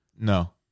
No